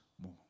more